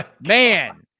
Man